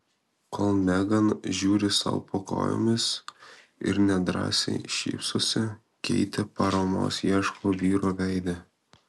kol megan žiūri sau po kojomis ir nedrąsai šypsosi keitė paramos ieško vyro veide